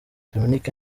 dominic